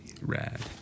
Rad